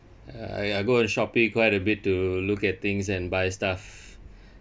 uh I I go in Shopee quite a bit to look at things and buy stuff